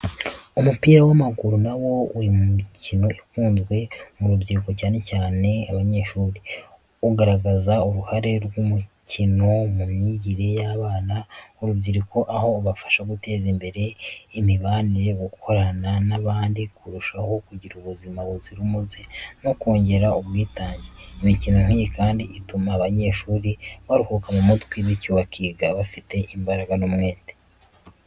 Umupira w’amaguru, na wo uri mu mikino ikunzwe mu rubyiruko cyane abanyshuri. Ugaragaza uruhare rw’imikino mu myigire y’abana n’urubyiruko, aho ufasha guteza imbere imibanire, gukorana n’abandi, kurushaho kugira ubuzima buzira umuze no kongera ubwitange. Imikino nk’iyi kandi ituma abanyeshuri baruhuka mu mutwe, bityo bakiga bafite imbaraga n’umwete.